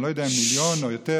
אני לא יודע אם מיליון או יותר,